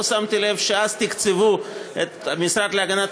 לא שמתי לב שאז תקצבו את המשרד להגנת